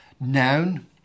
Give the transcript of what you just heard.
noun